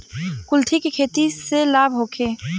कुलथी के खेती से लाभ होखे?